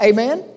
Amen